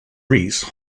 reese